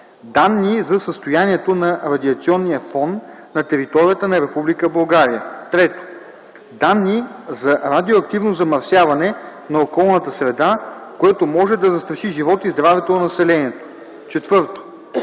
данни за състоянието на радиационния фон на територията на Република България; 3. данни за радиоактивно замърсяване на околната среда, което може да застраши живота и здравето на населението; 4.